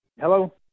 Hello